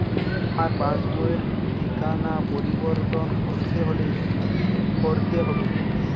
আমার পাসবই র ঠিকানা পরিবর্তন করতে হলে কী করতে হবে?